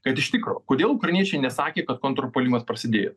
kad iš tikro kodėl ukrainiečiai nesakė kad kontrpuolimas prasidėjo